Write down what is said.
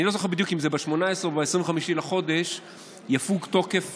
אני לא זוכר בדיוק אם ב-18 או ב-25 בחודש יפוג תוקף